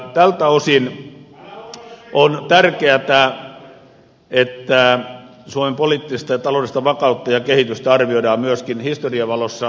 tältä osin on tärkeätä että suomen poliittista ja taloudellista vakautta ja kehitystä arvioidaan myöskin historian valossa